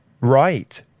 right